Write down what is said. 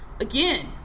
again